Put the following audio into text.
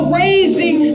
raising